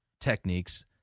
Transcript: techniques